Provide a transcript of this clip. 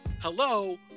hello